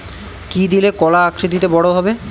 কি দিলে কলা আকৃতিতে বড় হবে?